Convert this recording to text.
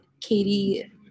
Katie